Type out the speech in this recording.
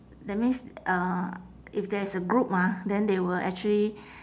that means uh if there is a group ah then they will actually